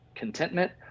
contentment